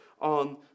on